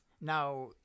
Now